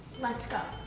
let's go.